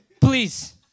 please